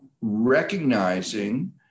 recognizing